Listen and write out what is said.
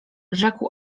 rzekł